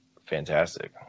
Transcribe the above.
fantastic